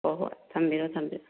ꯍꯣꯏ ꯍꯣꯏ ꯊꯝꯕꯤꯔꯣ ꯊꯝꯕꯤꯔꯣ